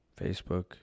facebook